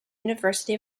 university